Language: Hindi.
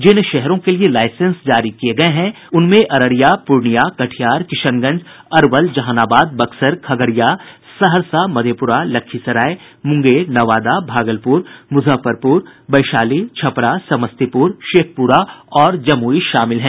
जिन शहरों के लिए लाइसेंस जारी किये गये है उनमें अररिया पूर्णियां कटिहार किशनगंज अरवल जहानाबाद बक्सर खगड़िया सहरसा मधेपुरा लखीसराय मुंगेर नवादा भागलपुर मुजफ्फरपुर वैशाली छपरा समस्तीपुर शेखपुरा और जमुई शामिल हैं